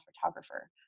photographer